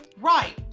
Right